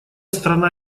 страна